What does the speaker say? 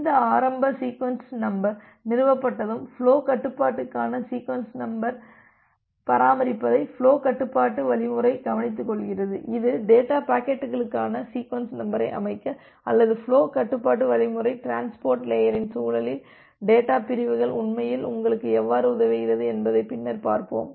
இந்த ஆரம்ப sequence number நிறுவப்பட்டதும் ஃபுலோ கட்டுப்பாட்டுக்கான சீக்வென்ஸ் நம்பரை பராமரிப்பதை ஃபுலோ கட்டுப்பாட்டு வழிமுறை கவனித்துக்கொள்கிறது இது டேட்டா பாக்கெட்டுகளுக்கான சீக்வென்ஸ் நம்பரை அமைக்க அல்லது ஃபுலோ கட்டுப்பாட்டு வழிமுறை டிரான்ஸ்போர்ட் லேயரின் சூழலில் டேட்டா பிரிவுகள் உண்மையில் உங்களுக்கு எவ்வாறு உதவுகிறது என்பதைப் பின்னர் பார்ப்போம்